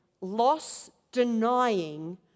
Loss-denying